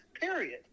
period